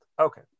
okay